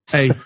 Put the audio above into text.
Hey